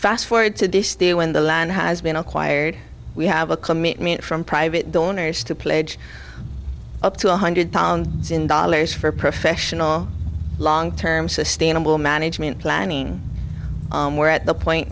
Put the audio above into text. fast forward to this day when the land has been acquired we have a commitment from private donors to pledge up to one hundred tonne in dollars for professional long term sustainable management planning we're at the point